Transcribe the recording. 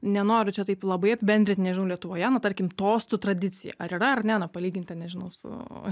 nenoriu čia taip labai apibendrint nežinau lietuvoje na tarkim tostų tradicija ar yra ar ne na palygint ten nežinau su